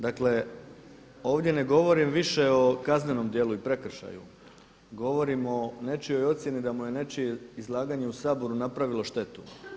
Dakle, ovdje ne govorim više o kaznenom djelu i prekršaju, govorim o nečijoj ocjeni da mu je nečije izlaganje u Saboru napravilo štetu.